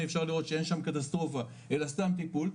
אפשר לראות שאין שם קטסטרופה אלא סתם טיפול,